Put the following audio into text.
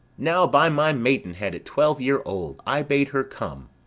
now, by my maidenhead at twelve year old, i bade her come.